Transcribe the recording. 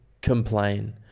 complain